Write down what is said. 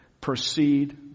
proceed